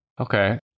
Okay